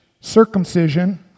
circumcision